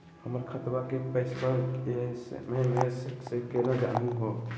हमर खतवा के पैसवा एस.एम.एस स केना जानहु हो?